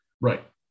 Right